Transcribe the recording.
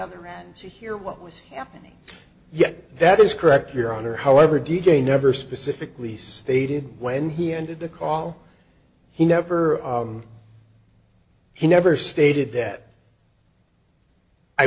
other hand she hear what was happening yes that is correct your honor however d j never specifically stated when he ended the call he never he never stated that i